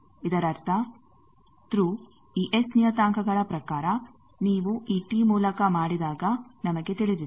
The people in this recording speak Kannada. ಇದರರ್ಥ ಥ್ರೂ ಈ ಎಸ್ ನಿಯತಾಂಕಗಳ ಪ್ರಕಾರ ನೀವು ಈ ಟಿ ಮೂಲಕ ಮಾಡಿದಾಗ ನಮಗೆ ತಿಳಿದಿದೆ